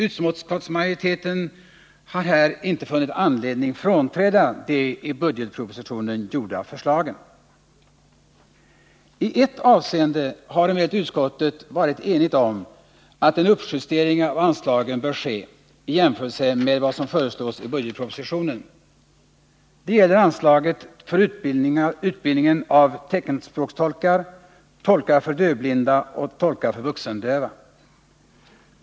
Utskottsmajoriteten har här inte funnit anledning att frånträda de i budgetpropositionen framlagda förslagen. I ett avseende har emellertid utskottet varit enigt om att en uppjustering bör ske i jämförelse med vad som föreslås i budgetpropositionen. Det gäller anslaget till utbildningen av teckenspråkstolkar, tolkar för dövblinda och tolkar för vuxendöva.